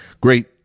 great